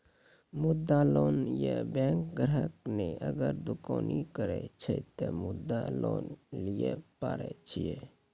मुद्रा लोन ये बैंक ग्राहक ने अगर दुकानी करे छै ते मुद्रा लोन लिए पारे छेयै?